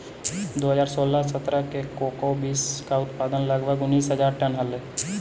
दो हज़ार सोलह सत्रह में कोको बींस का उत्पादन लगभग उनीस हज़ार टन हलइ